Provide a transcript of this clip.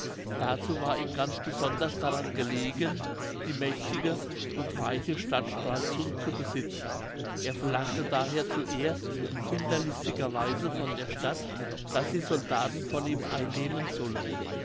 dazu war ihm ganz besonders daran gelegen die mächtige und reiche stadt stralsund zu besitzen er verlangte daher zuerst hinterlistiger weise von der stadt daß sie soldaten von ihm einnehmen solle